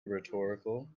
rhetorical